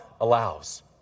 allows